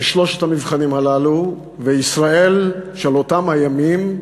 בשלושת המבחנים הללו, וישראל של אותם הימים,